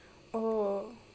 oh